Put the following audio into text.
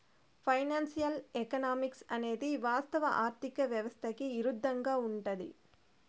financial economics అనేది వాస్తవ ఆర్థిక వ్యవస్థకి ఇరుద్దంగా ఉంటది